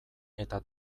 eta